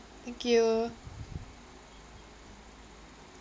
thank you